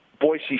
Boise